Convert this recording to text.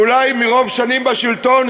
אולי מרוב שנים בשלטון,